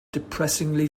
depressingly